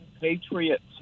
Patriots